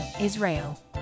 Israel